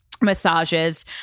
Massages